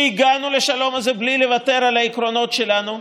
הגענו לשלום הזה בלי לוותר על העקרונות שלנו.